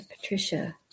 Patricia